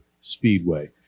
Speedway